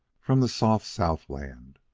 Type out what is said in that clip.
from the soft southland,